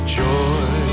joy